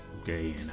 okay